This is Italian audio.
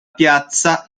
piazza